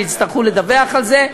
שיצטרכו לדווח על זה.